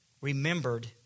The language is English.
remembered